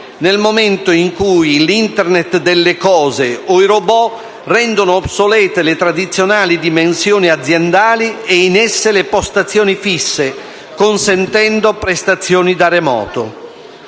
nel momento in cui l'Internet delle cose o i *robot* rendono obsolete le tradizionali dimensioni aziendali e, in esse, le postazioni fisse, consentendo prestazioni da remoto.